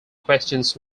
questions